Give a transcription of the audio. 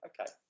Okay